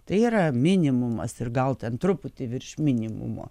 tai yra minimumas ir gal ten truputį virš minimumo